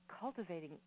cultivating